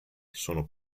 sono